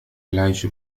العيش